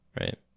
Right